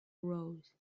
rose